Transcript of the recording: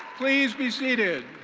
please be seated.